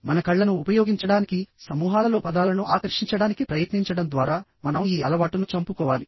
మన కళ్ళను ఉపయోగించడానికిసమూహాలలో పదాలను ఆకర్షించడానికి ప్రయత్నించడం ద్వారా మనం ఈ అలవాటును చంపుకోవాలి